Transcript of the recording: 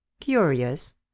curious